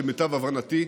למיטב הבנתי,